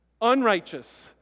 unrighteous